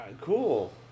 Cool